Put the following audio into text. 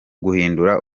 guhindura